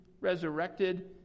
resurrected